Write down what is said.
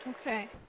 Okay